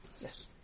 yes